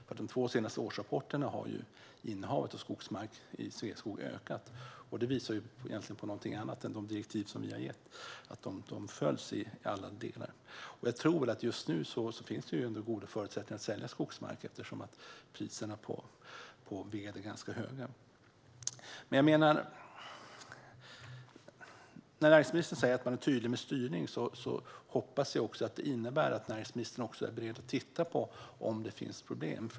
De två senaste årsrapporterna visar att Sveaskogs innehav av skogsmark har ökat. Det visar på någonting annat än att de direktiv som vi har gett följs i alla delar. Just nu finns det goda förutsättningar att sälja skogsmark eftersom priserna på ved är ganska höga. När näringsministern säger att man är tydlig med styrning hoppas jag att det innebär att näringsministern också är beredd att titta på om det finns problem.